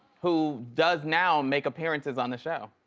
who does now make appearances on the show.